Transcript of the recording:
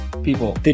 people